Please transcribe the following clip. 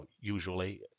usually